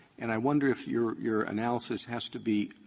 and i wonder if your your analysis has to be